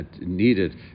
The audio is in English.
needed